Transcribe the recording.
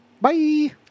Bye